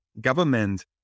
government